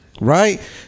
right